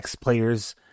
players